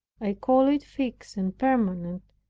i call it fixed and permanent,